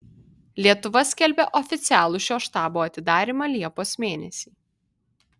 lietuva skelbia oficialų šio štabo atidarymą liepos mėnesį